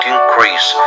increase